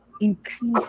increase